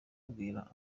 abwira